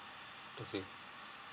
okay